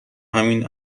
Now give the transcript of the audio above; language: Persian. همین